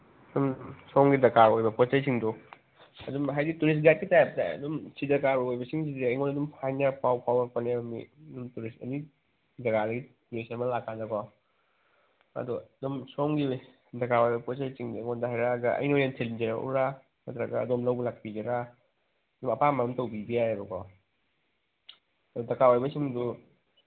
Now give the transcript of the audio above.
ꯁꯨꯝ ꯁꯣꯝꯒꯤ ꯗꯔꯀꯥꯔ ꯑꯣꯏꯕ ꯄꯣꯠ ꯆꯩꯁꯤꯡꯗꯣ ꯑꯗꯨꯝ ꯍꯥꯏꯗꯤ ꯇꯨꯔꯤꯁ ꯒꯥꯏꯗꯀꯤ ꯇꯥꯏꯞꯇ ꯑꯗꯨꯝ ꯁꯤ ꯗꯔꯀꯥꯔ ꯑꯣꯏꯕꯁꯤꯡꯗꯨꯗꯤ ꯑꯩꯉꯣꯟꯗ ꯑꯗꯨꯝ ꯍꯥꯏꯅꯔꯒ ꯄꯥꯎ ꯐꯥꯎꯔꯛꯄꯅꯦꯕ ꯑꯦꯅꯤ ꯖꯒꯥꯗꯒꯤ ꯇꯨꯔꯤꯁ ꯑꯃ ꯂꯥꯛꯀꯥꯟꯗꯀꯣ ꯑꯗꯨ ꯑꯗꯨꯝ ꯁꯣꯝꯒꯤ ꯗꯔꯀꯥꯔ ꯑꯣꯏꯕ ꯄꯣꯠ ꯆꯩꯁꯤꯡꯗꯣ ꯑꯩꯉꯣꯟꯗ ꯍꯥꯏꯔꯛꯑꯒ ꯑꯩꯅ ꯑꯣꯏꯅ ꯊꯤꯟꯕꯤꯔꯛꯎꯔꯥ ꯅꯠꯇ꯭ꯔꯒ ꯑꯗꯣꯝ ꯂꯧꯕ ꯂꯥꯛꯄꯤꯒꯦꯔꯥ ꯑꯗꯨ ꯑꯄꯥꯝꯕ ꯑꯃ ꯇꯧꯕꯤꯕ ꯌꯥꯏꯌꯦꯕꯀꯣ ꯑꯗꯨ ꯗꯔꯀꯥꯔ ꯑꯣꯏꯕꯁꯤꯡꯗꯨ